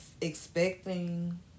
expecting